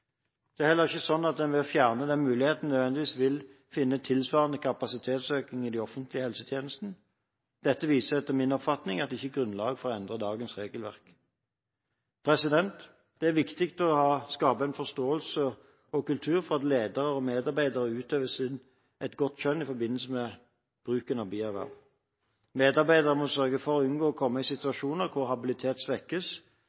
Det er heller ikke sånn at en ved å fjerne den muligheten nødvendigvis vil finne tilsvarende kapasitetsøkning i den offentlige helsetjenesten. Dette viser etter min oppfatning at det ikke er grunnlag for å endre dagens regelverk. Det er viktig å skape en forståelse og en kultur for at ledere og medarbeidere utøver godt skjønn i forbindelse med bruken av bierverv. Medarbeidere må sørge for å unngå å komme i